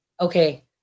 Okay